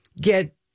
get